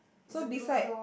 so beside